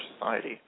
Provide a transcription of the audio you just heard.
society